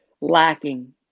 lacking